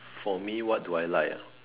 for me what do I like ah